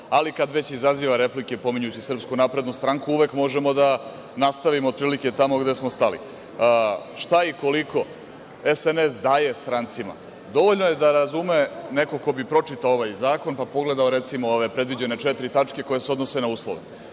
ali kada već izaziva replike spominjući SNS, uvek možemo da nastavimo tamo gde smo stali. Šta i koliko SNS daje strancima dovoljno je da razume neko ko bi pročitao ovaj zakon, pa pogledao recimo ove predviđene četiri tačke koje se odnose na uslove,